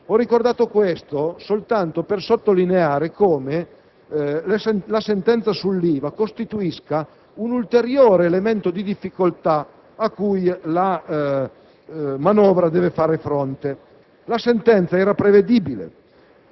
Ho ricordato ciò soltanto per sottolineare come la sentenza sull'IVA costituisca un ulteriore elemento di difficoltà a cui la manovra deve fare fronte. La sentenza era prevedibile